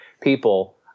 people